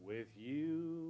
with you